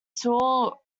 saul